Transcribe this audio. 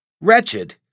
Wretched